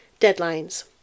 deadlines